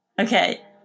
Okay